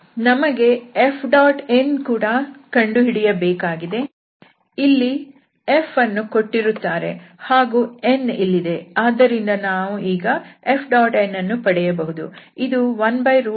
ನಮಗೆ Fn ಸಹ ಕಂಡುಹಿಡಿಯಬೇಕಾಗಿದೆ ಇಲ್ಲಿ F ಅನ್ನು ಕೊಟ್ಟಿರುತ್ತಾರೆ ಹಾಗೂ n ಇಲ್ಲಿದೆ ಆದ್ದರಿಂದ ನಾವು ಈಗ Fn ಪಡೆಯಬಹುದು